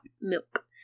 milk